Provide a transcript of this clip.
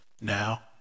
Now